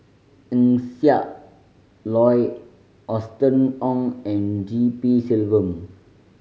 Eng Siak Loy Austen Ong and G P Selvam